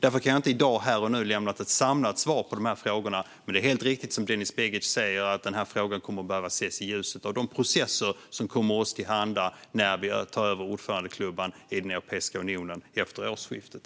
Därför kan jag inte i dag, här och nu, lämna ett samlat svar på de här frågorna, men det är helt riktigt som Denis Begic säger att den här frågan kommer att behövas ses i ljuset av de processer som kommer oss till handa när vi tar över ordförandeklubban i Europeiska unionen efter årsskiftet.